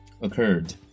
occurred